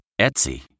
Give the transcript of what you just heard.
Etsy